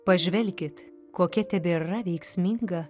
pažvelkit kokia tebėra veiksminga